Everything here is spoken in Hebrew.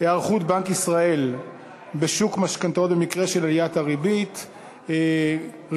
היערכות בנק ישראל לעליית שיעור הריבית בשוק המשכנתאות,